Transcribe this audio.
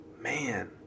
man